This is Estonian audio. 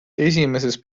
esimeses